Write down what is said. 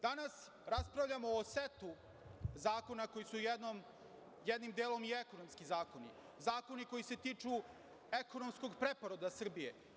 Danas raspravljamo o setu zakona koji su jednim delom i ekonomski zakoni, zakoni koji se tiču ekonomskog preporoda Srbije.